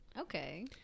Okay